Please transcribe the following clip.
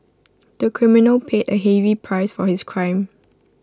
the criminal paid A heavy price for his crime